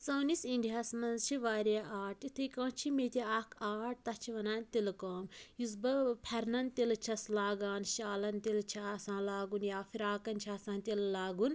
سٲنِس اِنٛڈیا ہَس مَنٛز چھِ واریاہ آرٹ یِتھٔے کٲٹھۍ چھُ مےٚ تہِ اَکھ آرٹ تَتھ چھِ وَنان تِلہٕ کٲم یُس بہٕ پھیٚرنَن تِلہٕ چھیٚس لاگان شالَن تِلہٕ چھ آسان لاگُن یا فِراقَن چھُ آسان تِلہٕ لاگُن